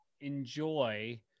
enjoy